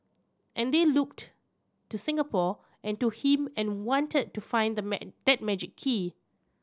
and they looked to Singapore and to him and wanted to find that magic key